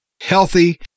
healthy